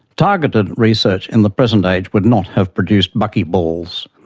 targeted research in the present age would not have produced buckyballs,